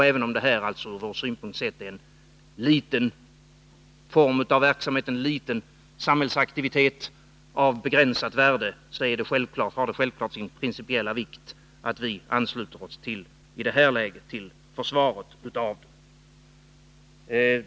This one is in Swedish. Även om det ur vår synpunkt här gäller en liten samhällsaktivitet av begränsat värde, har det självfallet sin principiella vikt att vi i det här läget ansluter oss till försvaret av den offentliga styrelserepresentationen.